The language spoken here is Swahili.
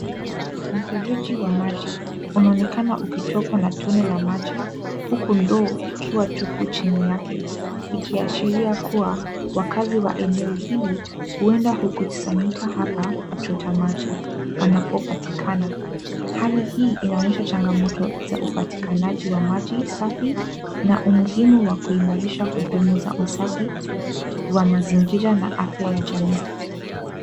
Mfereji wa maji unaonekana ukitokwa na tone la maji huku ndoo ikiwa tupu chini yake ikiashiria kuwa wakazi wa eneo hili huenda hukusanyika hapa kuchota maji wanapopatikana. Hali hii inaonyesha changamoto za upatikanaji wa maji safi na umuhimu wa kuimarisha huduma za usafi wa mazingira na afya ya jamii.